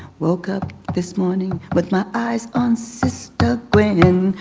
woke up this morning with my eyes on sister gwen.